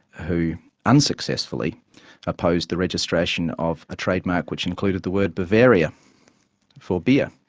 who unsuccessfully opposed the registration of a trademark which included the word bavaria for beer.